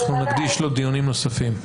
אנחנו נקדיש לו דיונים נוספים.